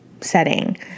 setting